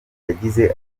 yagize